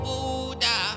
Buddha